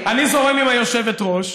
אני זורם עם היושבת-ראש.